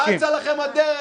מה אצה לכם הדרך?